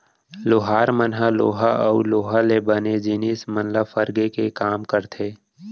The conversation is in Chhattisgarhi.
लोहार मन ह लोहा अउ लोहा ले बने जिनिस मन ल फरगे के काम करथे